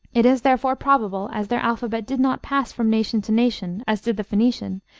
it is therefore probable, as their alphabet did not pass from nation to nation, as did the phoenician,